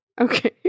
Okay